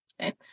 Okay